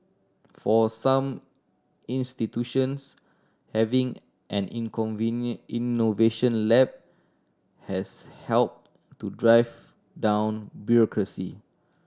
for some institutions having an in innovation lab has helped to drive down bureaucracy